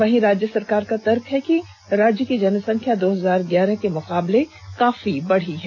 वही राज्य सरकार का यह तर्क है कि राज्य की जनसंख्या दो हजार ग्यारह के मुकाबले काफी बढ़ी है